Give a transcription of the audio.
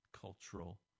cultural